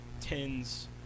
tens